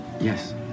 Yes